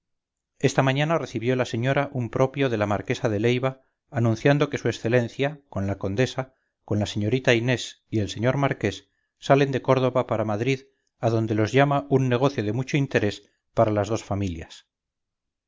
esta mañana recibió la señora un propio de la marquesa de leiva anunciando que su excelencia con la condesa con la señorita inés y el señor marqués salen de córdoba para madrid a donde los llama un negocio de mucho interés para las dos familias